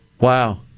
Wow